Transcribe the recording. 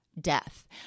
death